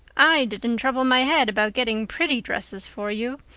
i didn't trouble my head about getting pretty dresses for you.